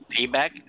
payback